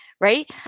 right